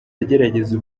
agerageza